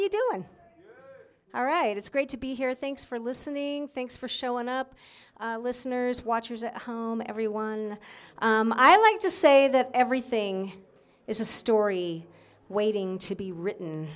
you doing all right it's great to be here thanks for listening thanks for showing up listeners watchers at home everyone i like to say that everything is a story waiting to be written